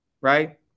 right